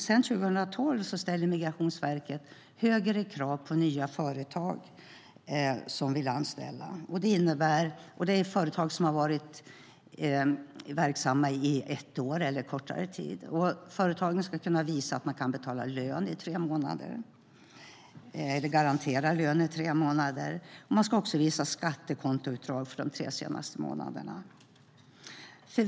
Sedan 2012 ställer Migrationsverket högre krav på nya företag som vill anställa och som har varit verksamma i ett år eller kortare tid. Företagen ska kunna visa att man garanterar lön i tre månader, och man ska också visa skattekontoutdrag för de tre senaste månaderna.